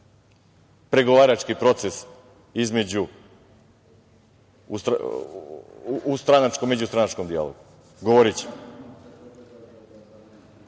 pregovarački proces u stranačkom i međustranačkom dijalogu. Govorićemo.I